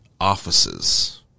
offices